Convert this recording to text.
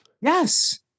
yes